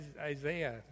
Isaiah